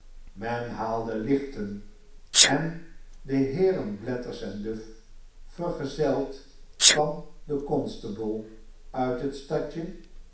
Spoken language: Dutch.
men haalde lichten en de heeren blathers en duff vergezeld van den constable uit het stadje